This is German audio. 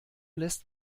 lässt